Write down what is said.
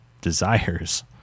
desires